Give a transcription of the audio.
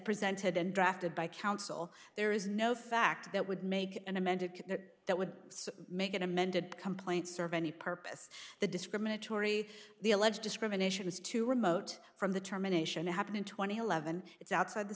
presented and drafted by counsel there is no fact that would make an amended that would make an amended complaint serve any purpose the discriminatory the alleged discrimination is too remote from the termination happened in two thousand and eleven it's outside the